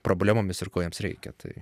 problemomis ir ko jiems reikia tai